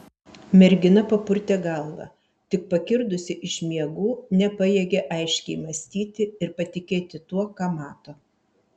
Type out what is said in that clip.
mergina papurtė galvą tik pakirdusi iš miegų nepajėgė aiškiai mąstyti ir patikėti tuo ką mato